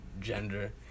Gender